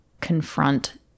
confront